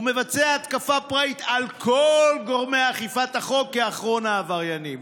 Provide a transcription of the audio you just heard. ומבצע התקפה פראית על כל גורמי אכיפת החוק כאחרון העבריינים.